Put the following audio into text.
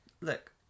Look